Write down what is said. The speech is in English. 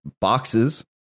boxes